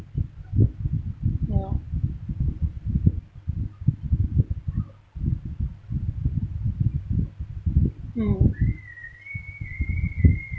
ya mm